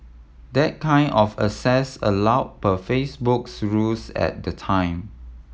that kind of access allow per Facebook's rules at the time